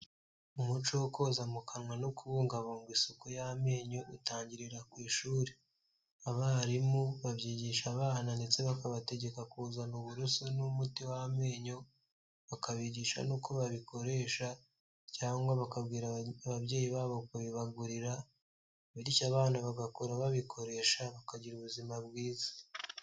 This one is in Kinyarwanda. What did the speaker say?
Umuco wo koza mu kanwa no kubungabunga isuku y'amenyo utangirira ku ishuri. Abarimu babyigisha abana ndetse bakabategeka kuzana uburoso n'umuti w'amenyo, bakabigisha n'uko babikoresha cyangwa bakabwira ababyeyi babo bakabibagurira, bityo abana bagakura babikoresha bakagira ubuzima bwiza.